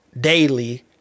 Daily